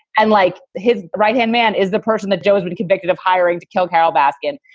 and like his right hand man, is the person that joe has been convicted of hiring to kill carol baskin.